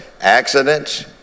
accidents